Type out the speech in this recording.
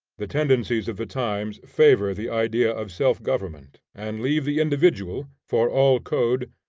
the tendencies of the times favor the idea of self-government, and leave the individual, for all code,